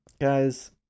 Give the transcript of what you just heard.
Guys